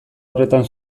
horretan